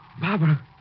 Barbara